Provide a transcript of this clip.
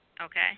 Okay